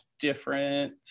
different